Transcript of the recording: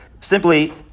Simply